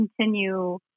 continue